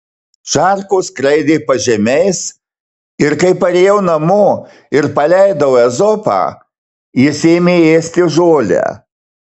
šarkos skraidė pažemiais ir kai parėjau namo ir paleidau ezopą jis ėmė ėsti žolę